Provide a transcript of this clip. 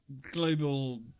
Global